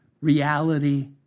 reality